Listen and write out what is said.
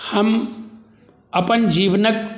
हम अपन जीवनके